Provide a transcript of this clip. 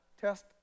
test